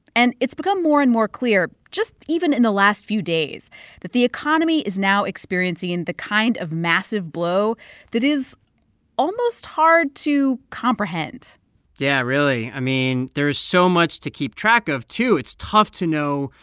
and it's become more and more clear just even in the last few days that the economy is now experiencing and the kind of massive blow that is almost hard to comprehend yeah, really. i mean, there is so much to keep track of, too. it's tough to know,